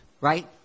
right